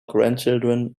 grandchildren